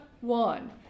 one